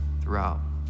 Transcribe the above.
throughout